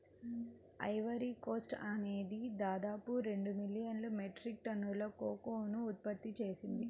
Ivory Coast అనేది దాదాపు రెండు మిలియన్ మెట్రిక్ టన్నుల కోకోను ఉత్పత్తి చేసింది